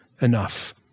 enough